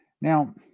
Now